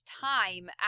time